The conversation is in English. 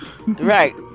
Right